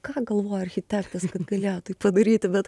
ką galvojo architektas kad galėjo tai padaryti bet